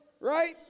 right